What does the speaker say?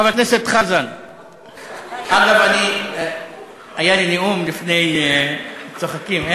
חבר הכנסת חזן, היה לי נאום לפני, צוחקים.